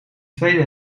tweede